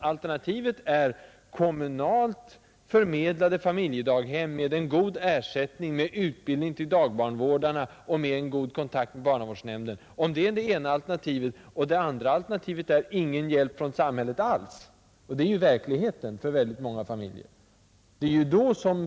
Man har haft att välja mellan å ena sidan kommunalt förmedlade familjedaghem med god ersättning, utbildning till dagbarnvårdarna och god kontakt med barnavårdsnämnden, och å andra sidan ingen hjälp alls från samhället. Det är detta som är verkligheten för oerhört många familjer.